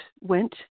went